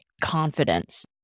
confidence